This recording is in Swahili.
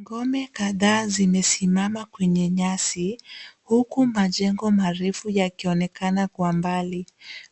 Ngome kadhaa zimesimama kwenye nyasi huku majengo marefu yakionekana kwa mbali.